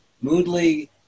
moodily